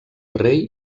rei